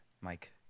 Mike